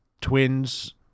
twins